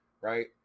right